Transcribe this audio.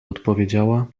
odpowiedziała